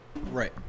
Right